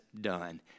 done